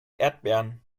erdbeeren